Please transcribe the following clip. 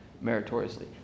meritoriously